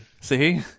See